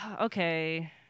okay